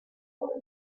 for